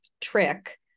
trick